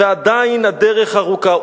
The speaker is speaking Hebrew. ועדיין הדרך ארוכה,